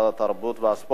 התרבות והספורט.